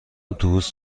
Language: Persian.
اتوبوس